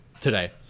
today